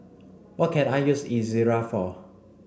what can I use Ezerra for